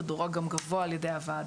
זה דורג גם גבוה על ידי הוועדה.